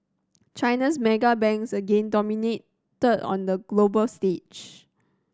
China's mega banks again dominated on the global stage